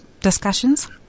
discussions